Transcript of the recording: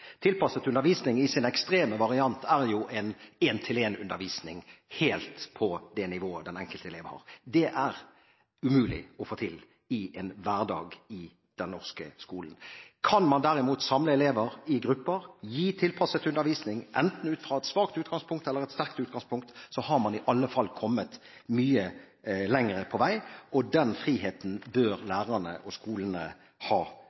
Tilpasset undervisning i sin ekstreme variant er en-til-en-undervisning, helt på det nivået den enkelte elev har. Det er umulig å få til i en hverdag i den norske skolen. Kan man derimot samle elever i grupper, gi tilpasset undervisning, enten ut fra et svakt utgangspunkt eller et sterkt utgangspunkt, har man i alle fall kommet mye lenger på vei. Den friheten burde lærerne og skolene ha,